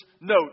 note